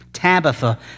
Tabitha